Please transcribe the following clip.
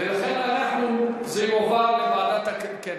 אני חושב שזה מתאים לוועדת הכלכלה.